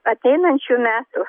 ateinančių metų